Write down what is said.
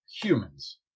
humans